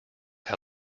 how